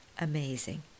amazing